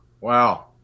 Wow